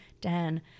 Dan